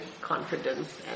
confidence